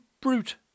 brute